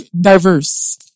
diverse